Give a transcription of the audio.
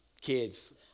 kids